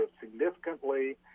significantly